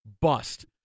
bust